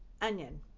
onion